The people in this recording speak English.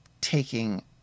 taking